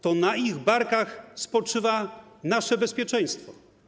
To na ich barkach spoczywa nasze bezpieczeństwo.